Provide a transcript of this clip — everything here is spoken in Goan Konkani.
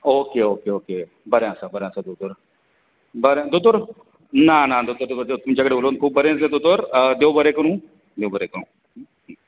ओके ओके ओके बरें आसा बरें आसा दोतोर बरें दोतोर ना ना दोतोर तुमच्या कडेन उलोवन खूब बरें दिसलें दोतोर देव बरें करुं देव बरें करुं